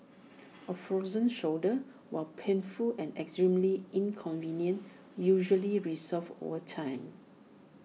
A frozen shoulder while painful and extremely inconvenient usually resolves over time